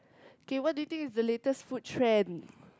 okay what do you think is the latest food trend